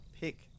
Pick